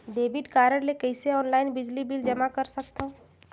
Debit card ले कइसे online बिजली बिल जमा कर सकथव?